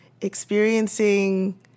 experiencing